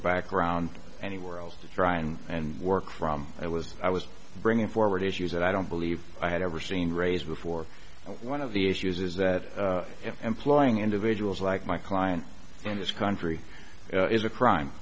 background anywhere else to try and work from i was i was bringing forward issues that i don't believe i had ever seen raised before one of the issues is that employing individuals like my client in this country is a crime